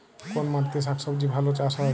কোন মাটিতে শাকসবজী ভালো চাষ হয়?